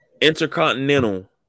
intercontinental